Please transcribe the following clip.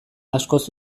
askoz